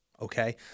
okay